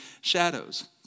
Shadows